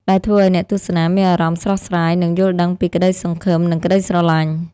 ដែលធ្វើឱ្យអ្នកទស្សនាមានអារម្មណ៍ស្រស់ស្រាយ និងយល់ដឹងពីក្តីសង្ឃឹម និងក្តីស្រឡាញ់។